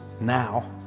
now